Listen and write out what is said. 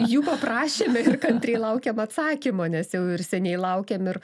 jų paprašėme ir kantriai laukiam atsakymo nes jau seniai laukiam ir